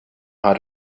how